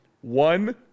One